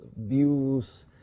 views